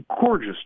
gorgeous